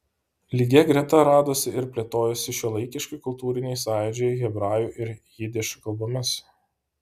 lygia greta radosi ir plėtojosi šiuolaikiški kultūriniai sąjūdžiai hebrajų ir jidiš kalbomis